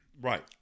right